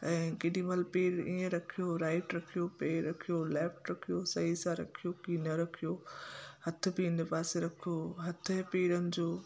ऐं केॾी महिल पेर ईअं रखियो राइट रखियो पैर रखियो लेफ्ट रखियो सही सां रखियो की न रखियो हथ बि इन पासे रखो हथनि पेरनि जो